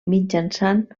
mitjançant